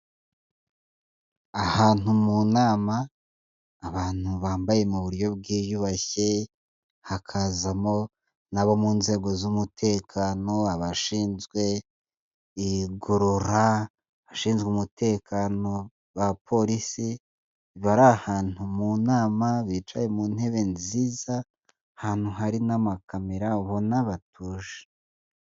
Ahantu mu nama, abantu bambaye mu buryo bwiyubashye, hakazamo n'abo mu nzego z'umutekano, abashinzwe igorora, abashinzwe umutekano ba polisi, bari ahantu mu nama, bicaye mu ntebe nziza, ahantutu hari n'amakamera, ubona batuje.